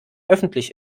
öffentlich